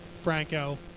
Franco